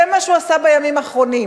זה מה שהוא עשה בימים האחרונים.